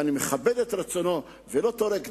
ואני מכבד את רצונו ולא טורק דלת,